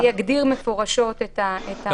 יצא נוהל שיגדיר מפורשות את ההפרדה בין ההתקהלויות.